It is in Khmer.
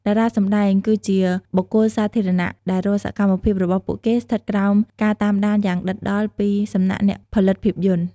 តារាសម្ដែង គឺជាបុគ្គលសាធារណៈដែលរាល់សកម្មភាពរបស់ពួកគេស្ថិតក្រោមការតាមដានយ៉ាងដិតដល់ពីសំណាក់អ្នកផលិតភាពយន្ត។